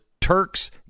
Turks